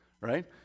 right